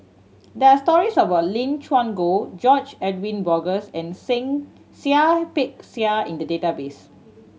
there are stories about Lim Chuan Poh George Edwin Bogaars and Seah Peck Seah in the database